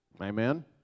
amen